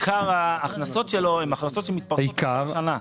עיקר ההכנסות שלו מתפרשות על פני כל השנה.